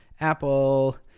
Apple